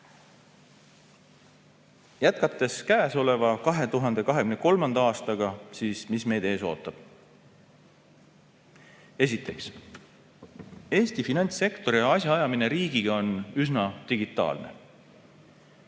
Jätkates käesoleva, 2023. aastaga, siis mis meid ees ootab? Esiteks, Eesti finantssektori asjaajamine riigiga on üsna digitaalne.